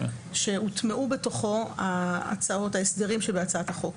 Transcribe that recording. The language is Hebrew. שהוטמעו בתוכו ההסדרים שבהצעת החוק.